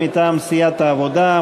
מטעם סיעת העבודה.